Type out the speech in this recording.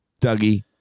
Dougie